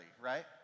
right